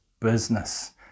business